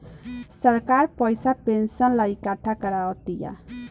सरकार पइसा पेंशन ला इकट्ठा करा तिया